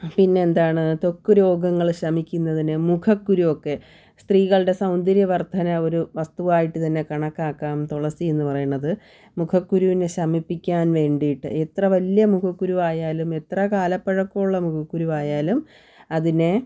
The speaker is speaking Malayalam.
പിന്നെ എന്താണ് ത്വക്ക് രോഗങ്ങൾ ശമിക്കുന്നതിനും മുഖകുരുവൊക്കെ സ്ത്രീകളുടെ സൗന്ദര്യ വർധന ഒരു വസ്തുവായിട്ട് തന്നെ കണക്കാക്കാം തുളസി എന്ന് പറയുന്നത് മുഖക്കുരുവിനെ ശമിപ്പിക്കാൻ വേണ്ടീട്ട് എത്ര വലിയ മുഖക്കുരുവായാലും എത്ര കാലപ്പഴക്കമുള്ള മുഖകുരുവായാലും അതിനെ